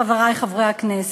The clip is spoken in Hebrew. חברי חברי הכנסת,